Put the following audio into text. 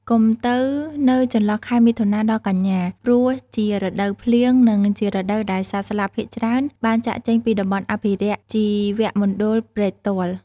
កុំទៅនៅចន្លោះខែមិថុនាដល់កញ្ញា ព្រោះជារដូវភ្លៀង និងជារដូវដែលសត្វស្លាបភាគច្រើនបានចាកចេញពីតំបន់អភិរក្សជីវមណ្ឌលព្រែកទាល់។